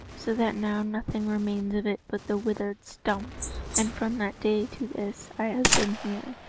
so that now nothing remains of it but the withered stump and from that day to this i have been here,